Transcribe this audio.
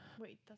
Wait